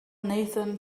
nathan